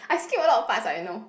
I skip a lot of parts I know